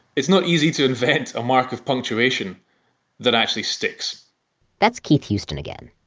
it's not easy to invent a mark of punctuation that actually sticks that's keith houston again.